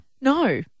No